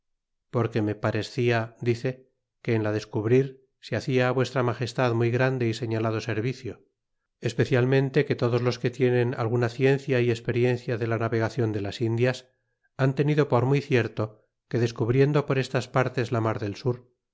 porque me parescia dice que en la descu brir se hacia a vuestra magestad muy grande y señalado ser vicio especialmente que todos los que tienen alguna ciencia y esperiencia en la navegacion de las indias han tenido por muy cierto que descubriendo por estas partes la mar lel